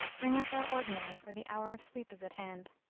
bring us our ordinary, for the hour of sleep is at hand!